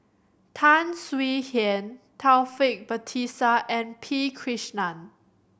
Tan Swie Hian Taufik Batisah and P Krishnan